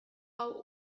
hau